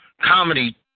comedy